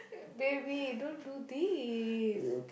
baby don't do this